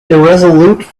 irresolute